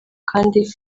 kandi